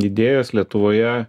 idėjos lietuvoje